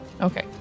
Okay